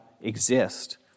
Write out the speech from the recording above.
exist